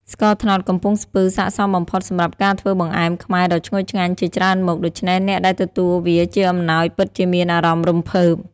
ស្ករត្នោតកំំពង់ស្ពឺសាកសមបំផុតសម្រាប់ការធ្វើបង្អែមខ្មែរដ៏ឈ្ងុយឆ្ងាញ់ជាច្រើនមុខ ដូច្នេះអ្នកដែលទទួលវាជាអំណោយពិតជាមានអារម្មណ៍រំភើប។